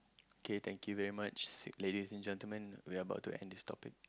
kay thank you very much ladies and gentlemen we're about to end this topic